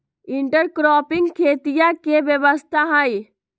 intercropping खेतीया के व्यवस्था हई